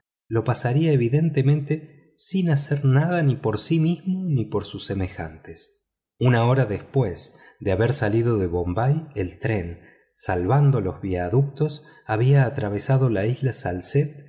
lo pasaría evidentemente sin hacer nada ni por sí mismo ni por sus semejantes una hora después de haber salido de bombay el tren salvando los viaductos había atravesado la isla salcette